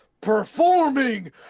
performing